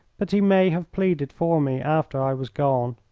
but he may have pleaded for me after i was gone.